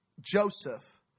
Joseph